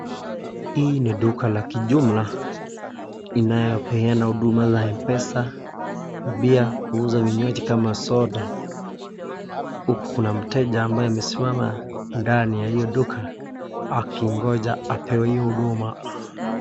Hii ni duka la kijumla inayopeana huduma za Mpesa , pia kuuza vinywaji kama soda, huku kuna mteja ambaye amesimama ndani ya hiyo duka akigonja apewe hiyo huduma.